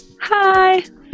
Hi